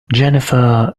jennifer